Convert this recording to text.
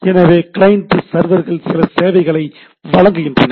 எனவே கிளையன்ட் சர்வர்கள் சில சேவைகளை வழங்குகின்றன